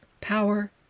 power